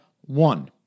one